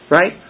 right